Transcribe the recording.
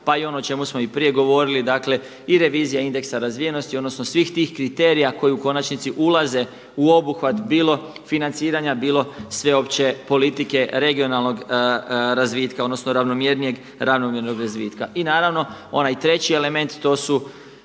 pa i ono o čemu smo i prije govorili. Dakle i revizija indeksa razvijenosti, odnosno svih tih kriterija koji u konačnici ulaze u obuhvat bilo financiranja, bilo sveopće politike regionalnog razvitka, odnosno ravnomjernijeg ravnomjernog razvitka. I naravno onaj treći element to su